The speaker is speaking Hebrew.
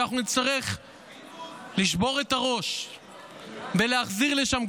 שאנחנו נצטרך לשבור את הראש בלהחזיר לשם,